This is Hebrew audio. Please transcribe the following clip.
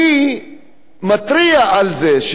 אני מתריע על זה.